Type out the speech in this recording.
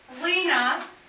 Lena